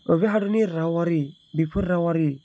बे हादोरनि रावआरि बेफोर रावआरि